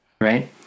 right